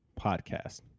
podcast